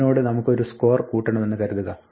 ഇതിനോട് നമുക്ക് ഒരു സ്കോർ കൂട്ടണമെന്ന് കരുതുക